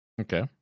Okay